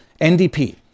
ndp